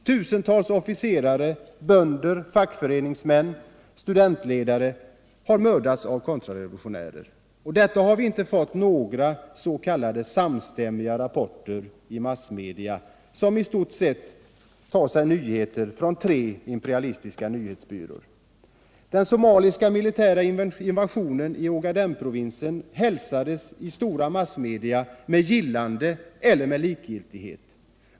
Tusentals officerare, bönder, fackföreningsmän och studentledare har mördats av kontrarevolutionärer. Om detta har vi inte fått några s.k. samstämmiga rapporter i massmedia, som i stort sett tar sina nyheter från tre imperialistiska nyhetsbyråer. Den somaliska militära invasionen i Ogadenprovinsen hälsades i stora massmedia med gillande eller likgiltighet.